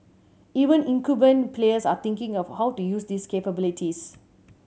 even incumbent players are thinking of how to use these capabilities